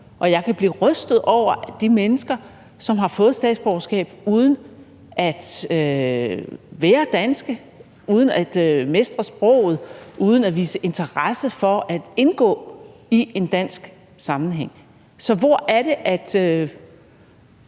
Og jeg kan blive rystet over de mennesker, som har fået statsborgerskab uden at være danske, uden at mestre sproget, uden at vise interesse for at indgå i en dansk sammenhæng. Så hvor er det, at